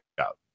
out